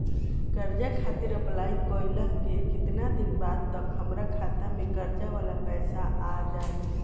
कर्जा खातिर अप्लाई कईला के केतना दिन बाद तक हमरा खाता मे कर्जा वाला पैसा आ जायी?